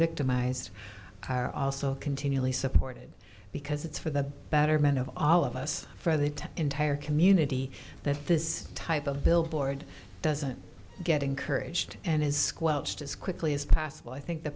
victimized are also continually supported because it's for the betterment of all of us for the entire community that this type of billboard doesn't get encouraged and is squelched as quickly as possible i think the